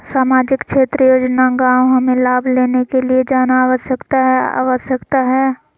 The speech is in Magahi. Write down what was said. सामाजिक क्षेत्र योजना गांव हमें लाभ लेने के लिए जाना आवश्यकता है आवश्यकता है?